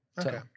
Okay